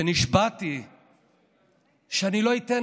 ונשבעתי שאני לא אתן